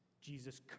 Jesus